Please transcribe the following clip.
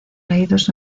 leídos